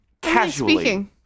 casually